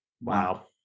Wow